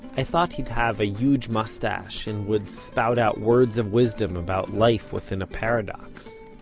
i thought he'd have a huge mustache, and would spout out words of wisdom about life within a paradox.